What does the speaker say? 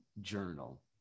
journal